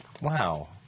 Wow